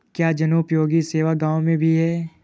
क्या जनोपयोगी सेवा गाँव में भी है?